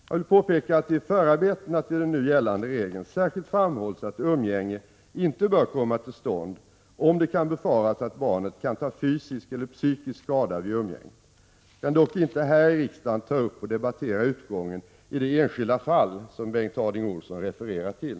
Jag vill påpeka att det i förarbetena till den nu gällande regeln särskilt framhålls att umgänge inte bör komma till stånd, om det kan befaras att barnet kan ta fysisk eller psykisk skada vid umgänget. Jag kan dock inte här i riksdagen ta upp och debattera utgången i det enskilda fall som Bengt Harding Olson refererar till.